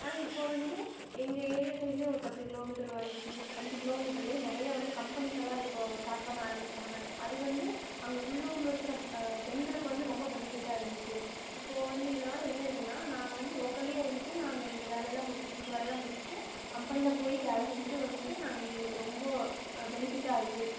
ஆனால் இப்போ வந்து எங்கள் ஏரியா சைடுலயே ஒரு பத்து கிலோமீட்டர் ஒரு அஞ்சு கிலியோ அஞ்சு கிலோமீட்டர்ல நிறையா வந்து கம்பெனிஸ் எல்லாம் இப்போ ஸ்டார்ட் பண்ண ஆரமிஷ்ட்டாங்க அது வந்து அங்கே உள்ளூரில் இருக்கிற பெண்களுக்கு வந்து ரொம்ப பெனிஃபிட்டாக இருந்துச்சு இப்போ வந்து இதனால் என்ன இதனா நாங்கள் வந்து லோக்கல்லையே இருந்துவிட்டு நாங்கள் எங்கள் வேலையெல்லாம் முடிஷ் வீட்டு வேலைலாம் முடிஷ்ட்டு கம்பெனியில போய் வேலை செஞ்சிவிட்டு வந்துட்டு நாங்கள் எங்களுக்கு ரொம்ப பெனிஃபிட்டாக இருக்கு